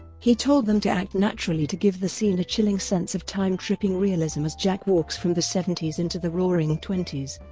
he told them to act naturally to give the scene a chilling sense of time-tripping realism as jack walks from the seventies into the roaring twenties.